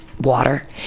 water